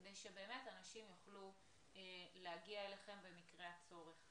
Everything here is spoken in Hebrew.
כדי שאנשים יוכלו להגיע אליכם במקרה הצורך.